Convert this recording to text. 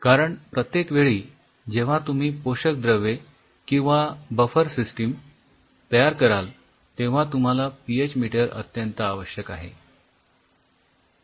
कारण प्रत्येक वेळी जेव्हा तुम्ही पोषकद्रव्ये किंवा बफर सिस्टिम तयार कराल तेव्हा तुम्हाला पी एच मीटर अत्यंत आवश्यक आहे